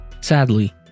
Sadly